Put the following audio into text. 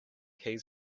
keys